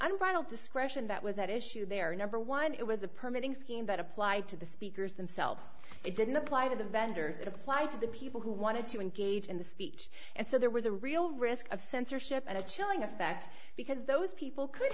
unbridled discretion that was at issue there number one it was a permit in scheme but applied to the speakers themselves it didn't apply to the vendors that apply to the people who wanted to engage in the speech and so there was a real risk of censorship and a chilling effect because those people could